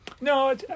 No